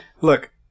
Look